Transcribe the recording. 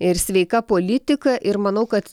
ir sveika politika ir manau kad